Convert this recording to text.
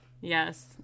yes